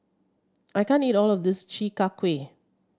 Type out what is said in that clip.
I can't eat all of this Chi Kak Kuih